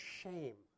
shame